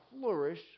flourish